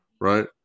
right